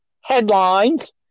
headlines